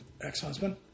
ex-husband